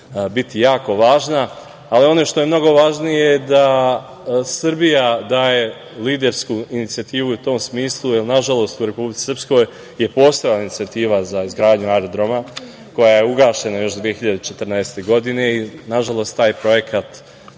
biti jako važna. Ono što je mnogo važnije je da Srbija daje lidersku inicijativu i u tom smislu, nažalost, u Republici Srpskoj je postojala inicijativa za izgradnju aerodroma koja je ugašena još 2014. godine. Nažalost, taj projekat